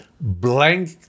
blank